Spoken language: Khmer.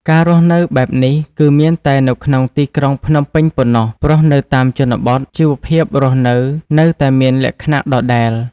ការរស់នៅបែបនេះគឺមានតែនៅក្នុងទីក្រុងភ្នំពេញប៉ុណ្ណោះ ព្រោះនៅតាមជនបទជីវភាពរស់នៅនៅតែមានលក្ខណៈដដែល។